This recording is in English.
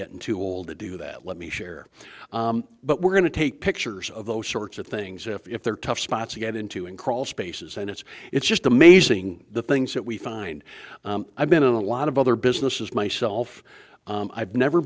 getting too old to do that let me share but we're going to take pictures of those sorts of things if they're tough spots to get into in crawl spaces and it's it's just amazing the things that we find i've been in a lot of other businesses myself i've never